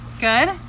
Good